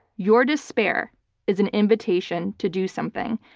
your despair is an invitation to do something,